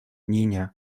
niña